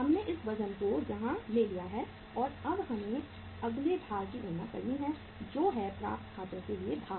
हमने इस वजन को यहाँ ले लिया है और अब हमें अगले भार की गणना करनी है जो है प्राप्त खातों के लिए भार